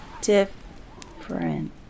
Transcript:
different